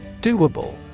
Doable